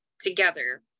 together